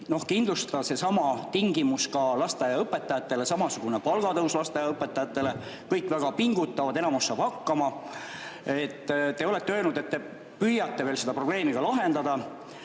kindlustada seesama tingimus ka lasteaiaõpetajatele, samasugune palgatõus lasteaiaõpetajatele. Kõik väga pingutavad, enamus saab hakkama. Te olete öelnud, et te veel püüate seda probleemi lahendada.